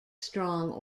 strong